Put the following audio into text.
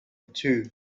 too